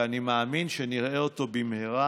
ואני מאמין שנראה אותו במהרה